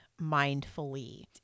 mindfully